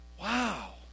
Wow